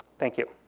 thank you.